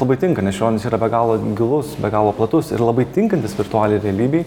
labai tinka nes čiurlionis yra be galo gilus be galo platus ir labai tinkantis virtualiai realybei